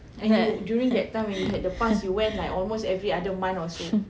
like